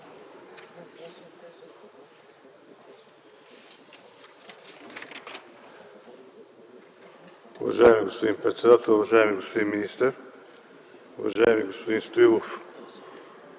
Уважаеми господин председател, уважаеми господин министър, уважаеми господин Стоилов!